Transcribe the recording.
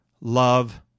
love